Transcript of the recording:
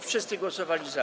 Wszyscy głosowali za.